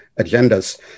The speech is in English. agendas